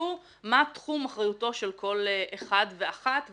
ושרטטו מה תחום אחריותו של כל אחד ואחת וגזרה.